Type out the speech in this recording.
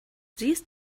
siehst